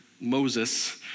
Moses